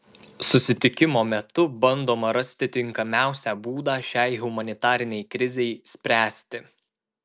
susitikimo metu bandoma rasti tinkamiausią būdą šiai humanitarinei krizei spręsti